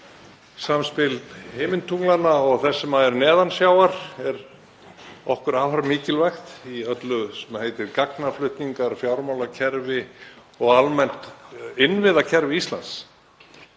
Samspil himintunglanna og þess sem er neðan sjávar er okkur afar mikilvægt í öllu sem heitir gagnaflutningar, fjármálakerfi og almennt innviðakerfi Íslands.